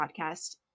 podcast